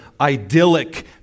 idyllic